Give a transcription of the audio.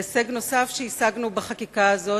והישג נוסף שהשגנו בחקיקה הזאת,